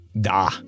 Da